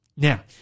Now